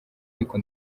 ariko